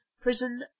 Prison